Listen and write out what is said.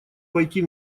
пойти